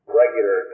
regular